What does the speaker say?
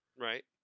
Right